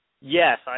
Yes